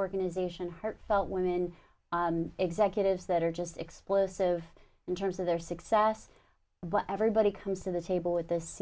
organization heartfelt women executives that are just explosive in terms of their success everybody comes to the table with this